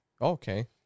Okay